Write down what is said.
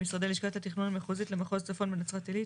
במשרדי לשכת התכנון המחוזית למחוז הצפון בנצרת עילית,